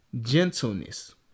gentleness